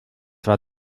war